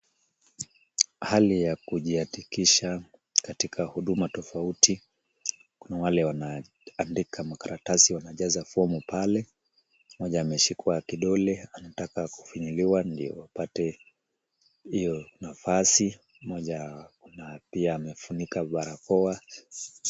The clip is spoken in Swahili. Hali ya kujiandikisha katika huduma tofauti. Kuna wale wanaandika makaratasi wanajaza fomu pale. Mmoja ameshikwa kidole anataka kufinyiliwa ndio apate hiyo nafasi. Mmoja kuna pia amefunika barakoa.